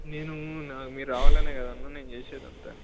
నేను మీరు రావాలనే కదా అన్న నేను చేసేదంతా